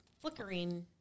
flickering